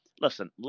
Listen